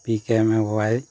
P K M A Y